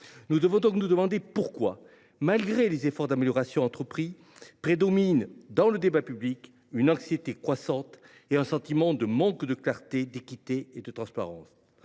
Nous devons donc nous demander pourquoi, malgré les efforts consentis, prédominent dans le débat public une anxiété croissante et le sentiment d’un manque de clarté, d’équité et de transparence.